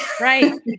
Right